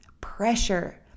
pressure